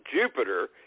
jupiter